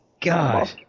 God